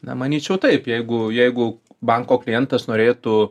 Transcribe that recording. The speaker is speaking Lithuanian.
na manyčiau taip jeigu jeigu banko klientas norėtų